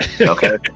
Okay